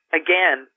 again